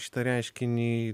šitą reiškinį